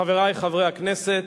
חברי חברי הכנסת,